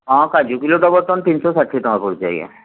ହଁ କାଜୁ କିଲୋଟା ବର୍ତ୍ତମାନ ତିନଶ ଷାଠିଏ ଟଙ୍କା ପଡ଼ୁଛି ଆଜ୍ଞା